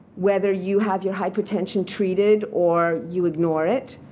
whether you have your hypertension treated or you ignore it.